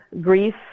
Grief